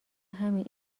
همین